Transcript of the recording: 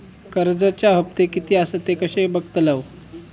कर्जच्या हप्ते किती आसत ते कसे बगतलव?